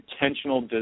intentional